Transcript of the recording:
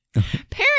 parents